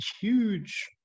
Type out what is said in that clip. huge